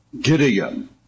Gideon